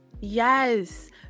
Yes